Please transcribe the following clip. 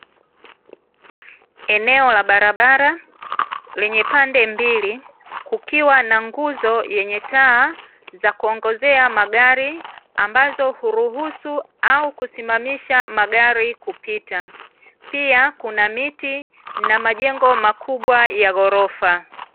Eneo la barabara lenye pande mbili kukiwa na nguzo yenye taa, za kuongozea magari ambazo uruhusu, au kusimamisha magari kupita. Pia kuna miti na majengo makubwa ya ghorofa.